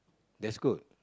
that's good